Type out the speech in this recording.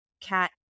cat